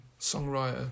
songwriter